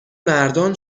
مردان